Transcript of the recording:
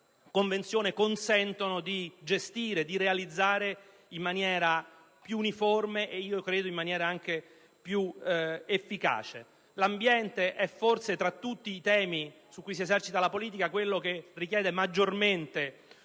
consentono di gestire e realizzare in maniera più uniforme e, credo, anche più efficace. L'ambiente, tra tutti temi in cui si esercita la politica, è forse quello che richiede maggiormente